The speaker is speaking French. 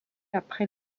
après